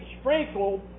sprinkled